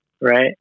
right